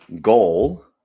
goal